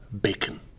bacon